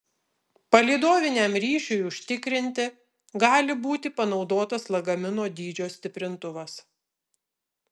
palydoviniam ryšiui užtikrinti gali būti panaudotas lagamino dydžio stiprintuvas